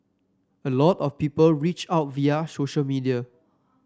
a lot of people reach out via social media